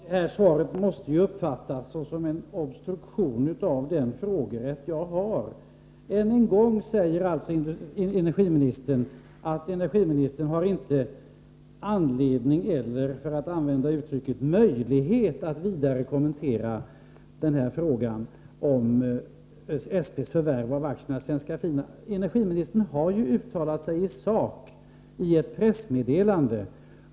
Herr talman! Detta svar måste jag uppfatta som en obstruktion mot den frågerätt som jag har. Än en gång säger alltså energiministern att energiministern inte har anledning eller, som hon säger, möjlighet att vidare kommentera frågan om SP:s förvärv av aktierna i Svenska Fina. Men energiministern har ju uttalat sig i sak i ett pressmeddelande.